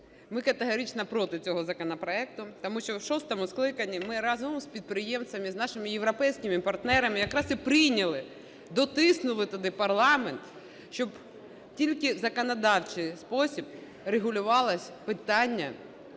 ми категорично проти цього законопроекту, тому що в шостому скликанні ми разом з підприємцями, з нашими європейськими партнерами якраз і прийняли, дотиснули тоді парламент, щоб тільки в законодавчий спосіб регулювалось питання